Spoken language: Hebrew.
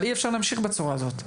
אבל אי אפשר להמשיך בצורה הזאת.